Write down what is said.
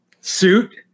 suit